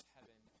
Heaven